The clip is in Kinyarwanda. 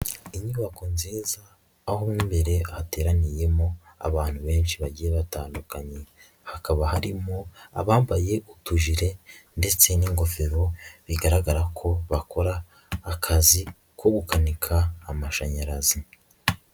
Inyubako nziza aho mo imbere hateraniyemo abantu benshi bagiye batandukanye, hakaba harimo abambaye utujire ndetse n'ingofero, bigaragara ko bakora akazi ko gu guhuika amashanyarazi.